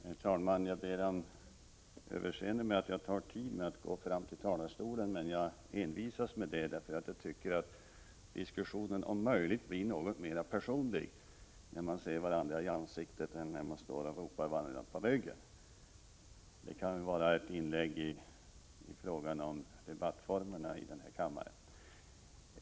Herr talman! Jag ber om överseende med att jag tar mig tid att gå fram till talarstolen. Jag envisas med att göra det därför att jag tycker att diskussionen blir något mera personlig när man ser varandra i ansiktet. Det kan vara ett inlägg i frågan om kammarens debattformer.